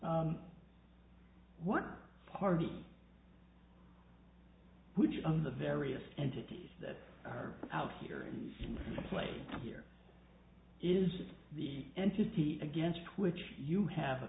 one party which of the various entities that are out here and play here is the entity against which you have a